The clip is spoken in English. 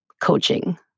coaching